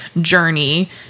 journey